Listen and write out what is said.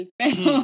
pero